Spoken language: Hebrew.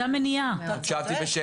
וזה הקודקוד,